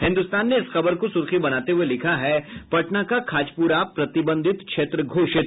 हिन्दुस्तान ने इस खबर को सुर्खी बनाते हुए लिखा है पटना का खाजपुरा प्रतिबंधित क्षेत्र घोषित